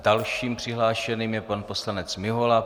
Dalším přihlášeným je pan poslanec Mihola.